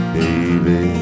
baby